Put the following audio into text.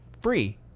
free